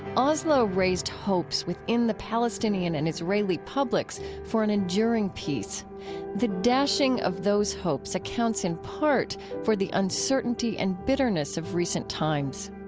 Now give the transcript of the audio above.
oslo raised hopes within the palestinian and israeli publics for an enduring peace the dashing of those those hopes accounts in part for the uncertainty and bitterness of recent times